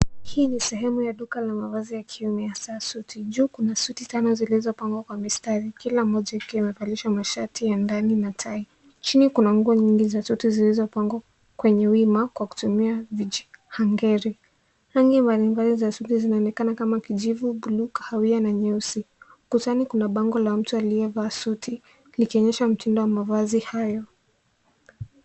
Hii ni sehemu ya duka la mavazi ya kiume hasa suti. Juu kuna suti tano zilizopangwa kwa mistari kila moja ikiwa imevalishwa mashati ya ndani na tai. Chini kuna nguo nyingi na sweta zilizopangwa kwenye wima kwa kutumia vijihangeri. Rangi mablimbali za suti zinaonekana kama kijivu, bluu, kahawia na nyeusi. Kutani kuna bango la mtu aliyavaa suti likionyesha mtindo wa mavazi hayo.